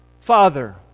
father